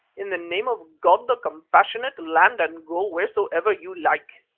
in the name of god the compassionate, land and go wheresoever you like.